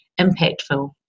impactful